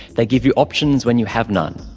they give you options when you have none.